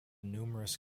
numerous